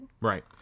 Right